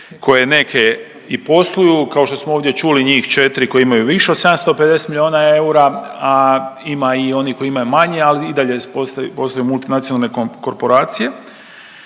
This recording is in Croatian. koje neke i posluju, kao što smo ovdje čuli, njih 4 koje imaju više od 750 milijuna eura, a ima i onih koji imaju manje, ali i dalje postoje, postoje multinacionalne korporacije.